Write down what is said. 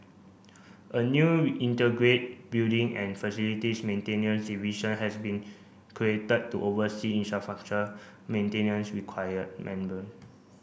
a new integrate building and facilities maintenance division has been created to oversee infrastructure maintenance